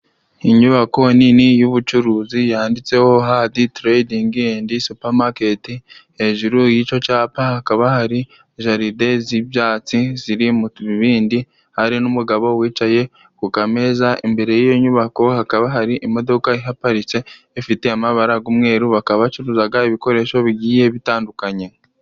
Inyubako nini y'ubucuruzi yanditseho hadi tiredingi endi supamaketi. Hejuru yico capa hakaba hari jalide z'ibyatsi ziri mu bibindi, hari n'umugabo wicaye kumeza imbere yiyo nyubako, hakaba hari imodoka ihaparitse ifite amabara g'umweru bakaba bacuruzaga ibikoresho bigiye bitandukanye.